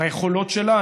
ביכולות שלה.